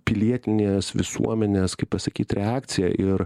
pilietinės visuomenės kaip pasakyt reakcija ir